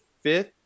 fifth